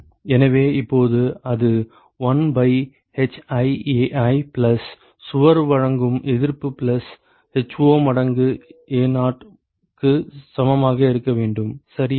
எனவே இப்போது அது 1 பை hiAi பிளஸ் சுவர் வழங்கும் எதிர்ப்பு பிளஸ் ho மடங்கு Ao க்கு சமமாக இருக்க வேண்டும் சரியா